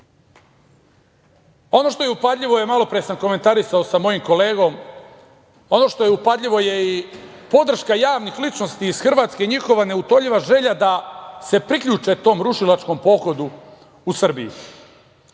što je upadljivo je i podrška javnih ličnosti iz Hrvatske i njihova neutoljiva želja da se priključe tom rušilačkom pohodu u Srbiji.